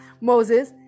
moses